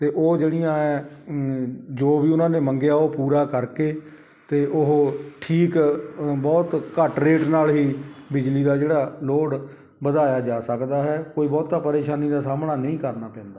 ਅਤੇ ਉਹ ਜਿਹੜੀਆਂ ਹੈ ਜੋ ਵੀ ਉਹਨਾਂ ਨੇ ਮੰਗਿਆ ਉਹ ਪੂਰਾ ਕਰਕੇ ਅਤੇ ਉਹ ਠੀਕ ਬਹੁਤ ਘੱਟ ਰੇਟ ਨਾਲ ਹੀ ਬਿਜਲੀ ਦਾ ਜਿਹੜਾ ਲੋਡ ਵਧਾਇਆ ਜਾ ਸਕਦਾ ਹੈ ਕੋਈ ਬਹੁਤਾ ਪਰੇਸ਼ਾਨੀ ਦਾ ਸਾਹਮਣਾ ਨਹੀਂ ਕਰਨਾ ਪੈਂਦਾ